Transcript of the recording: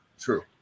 True